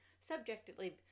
subjectively